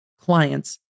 clients